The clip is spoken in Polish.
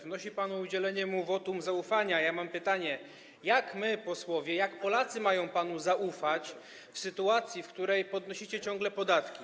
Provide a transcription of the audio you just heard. Wnosi pan o udzielenie mu wotum zaufania, a ja mam pytanie: Jak my posłowie, jak Polacy mają panu zaufać w sytuacji, w której podnosicie ciągle podatki?